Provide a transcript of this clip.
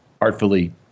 artfully